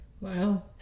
Wow